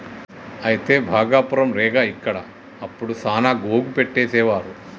అయితే భాగపురం రేగ ఇక్కడ అప్పుడు సాన గోగు పట్టేసేవారు